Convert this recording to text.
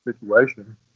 situation